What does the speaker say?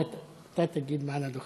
דקה להורדת הדוכן.